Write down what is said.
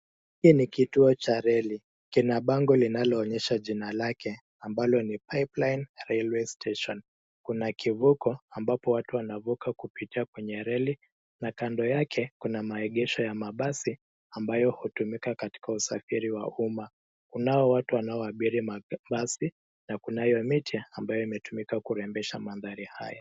Hiki ni kituo cha reli. Kina bango amablo linaonyesha jina lake, ambalo ni pipeline railway station . Kuna kivuko ambapo watu wanatumia kupita kwenye reli na kando yake kuna maegesho ya mabasi ambayo hutumika katika usafiri wa umma. Kunao watu wanaoabiri mabasi na kunayo miti ambayo imetumika kurembesha mandhari haya.